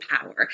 power